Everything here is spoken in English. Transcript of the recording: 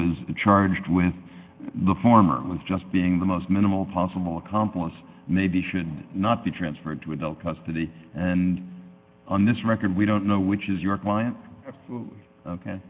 was charged with the former was just being the most minimal possible accomplice maybe should not be transferred to adult custody and on this record we don't know which is your client